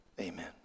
Amen